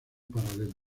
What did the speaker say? paralela